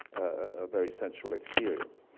ah very sensual experience.